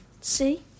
See